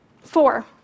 Four